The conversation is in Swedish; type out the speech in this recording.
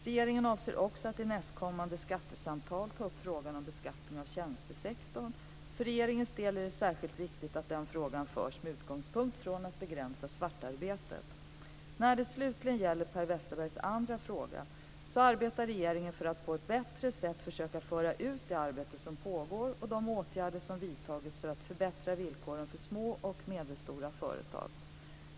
Regeringen avser också att i nästkommande skattesamtal ta upp frågan om beskattning av tjänstesektorn. För regeringens del är det särskilt viktigt att den frågan förs med utgångspunkt från att begränsa svartarbetet. När det slutligen gäller Per Westerbergs andra fråga så arbetar regeringen för att på ett bättre sätt försöka föra ut det arbete som pågår och de åtgärder som vidtagits för att förbättra villkoren för små och medelstora företag.